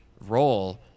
role